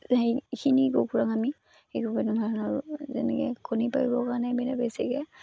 সেইখিনি কুকুৰাক আমি সেই নোৱাৰোঁ যেনেকৈ কণী পাৰিবৰ কাৰণে মানে বেছিকৈ